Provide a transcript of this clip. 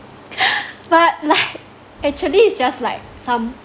but like actually it's just like some